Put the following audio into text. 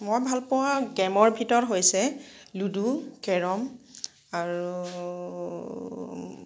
মই ভাল পোৱা গে'মৰ ভিতৰত হৈছে লুডু কেৰম আৰু